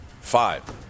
Five